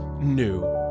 new